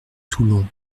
toulon